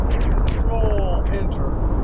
control enter.